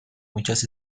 muchas